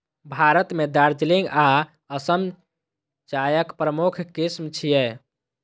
भारत मे दार्जिलिंग आ असम चायक प्रमुख किस्म छियै